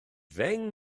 ddeng